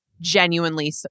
genuinely